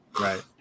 Right